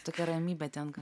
tokia ramybė ten kaž